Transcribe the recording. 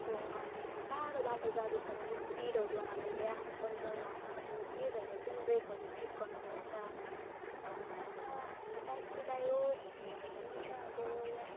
अब हामीहरू टाढो बाटो जाँदैछ भने स्पिडहरू हामीले आफ्नो कन्ट्रोलमा हुनुपर्यो त्यही भएर चाहिँ ब्रेकहरू चेक गर्नुपर्छ होइन अन्त हामीले बाइक कुदायो भन्दाखेरि पनि अब